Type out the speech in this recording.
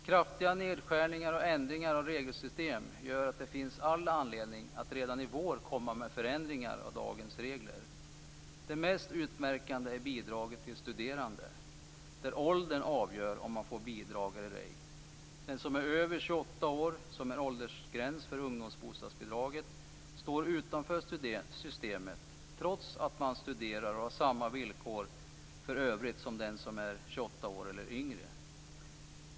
Kraftiga nedskärningar och ändringar av regelsystem gör att det finns all anledning att redan i vår komma med förändringar av dagens regler. Det mest utmärkande är bidraget till studerande, där åldern avgör om man får bidrag eller ej. Den som är över 28 år, som är åldersgräns för ungdomsbostadsbidraget, står utanför systemet, trots att man studerar och har samma villkor för övrigt som den som är 28 år eller yngre.